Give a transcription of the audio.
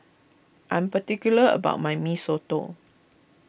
I am particular about my Mee Soto